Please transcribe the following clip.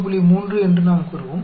3 என்று நாம் கூறுவோம்